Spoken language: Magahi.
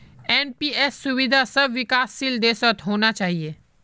एन.पी.एस सुविधा सब विकासशील देशत होना चाहिए